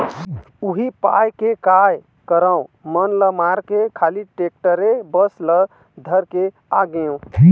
उही पाय के काय करँव मन ल मारके खाली टेक्टरे बस ल धर के आगेंव